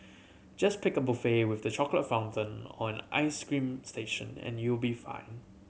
just pick a buffet with the chocolate fountain or an ice cream station and you'll be fine